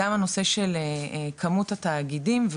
הנושא של כמות התאגידים,